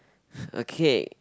okay